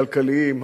הכלכליים,